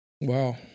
Wow